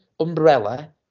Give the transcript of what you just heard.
umbrella